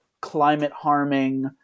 climate-harming